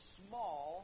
small